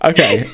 Okay